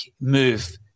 move